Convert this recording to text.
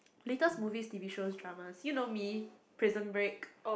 latest movies T_V shows dramas you know me Prison Break